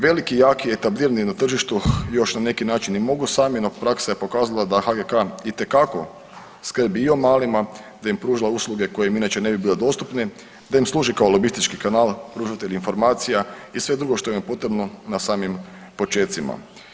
Veliki, jaki, etablirani na tržištu još na neki način i mogu sami no praksa je pokazala da HGK itekako skrbi i o malima, da im pruža usluge koje im inače ne bi bile dostupne, da im služi kao lobistički kanal, pružatelj informacija i sve drugo što im je potrebno na samim počecima.